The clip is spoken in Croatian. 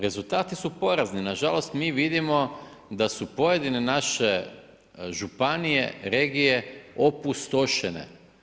Rezultati su porazni, nažalost, mi vidimo da su pojedine naše županije, regije, opustošene.